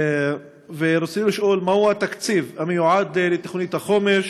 רצינו לשאול: 1. מה הוא התקציב המיועד לתוכנית החומש?